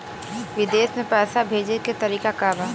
विदेश में पैसा भेजे के तरीका का बा?